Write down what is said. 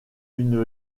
une